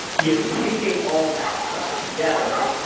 you know, taking all that stuff together,